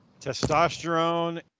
testosterone